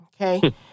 Okay